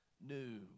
new